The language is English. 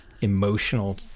emotional